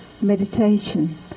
meditation